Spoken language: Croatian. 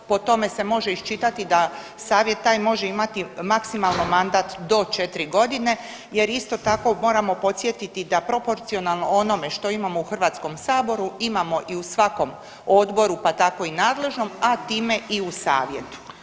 Po tome se može iščitati da savjet taj može imati maksimalno mandat do 4 godine jer isto tako moramo podsjetiti da proporcionalno onome što imamo u Hrvatskom saboru imamo i u svakom odboru pa tako i u nadležnom, a time i u savjetu.